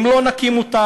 כי אם לא נקים אותם,